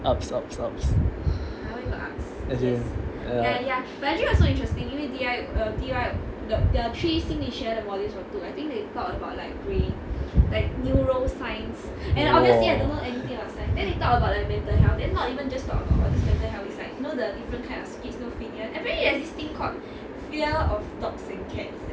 ups ups ups as in ya !wah!